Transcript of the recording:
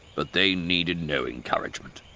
but they needed no encouragement.